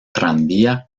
tranvía